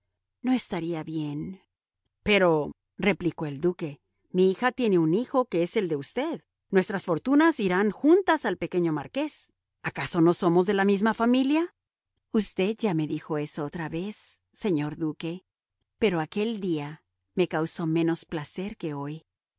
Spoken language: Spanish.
no estaría bien pero replicó el duque mi hija tiene un hijo que es el de usted nuestras fortunas irán juntas al pequeño marqués acaso no somos de la misma familia usted ya me dijo eso otra vez señor duque pero aquel día me causó menos placer que hoy